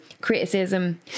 criticism